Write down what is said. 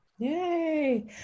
Yay